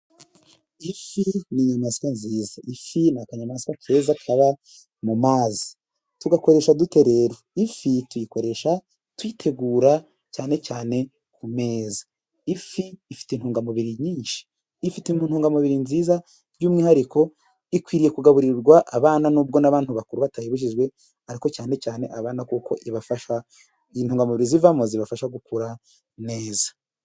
Ifi ni inyamaswa nziza, ifi ni akanyamaswa keza kaba mu mazi. Yugakoresha dute rero? Ifi tuyikoresha tuyitegura cyane cyane ku meza, ifi ifite intungamubiri nyinshi ifite intungamubiri nziza by'umwihariko ikwiriye kugaburirwa abana n'ubwo n'abantu bakuru batayibujijwe, ariko cyane cyane abana kuko ibafasha intungamubiri zivamo zibafasha gukura neza.